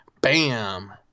bam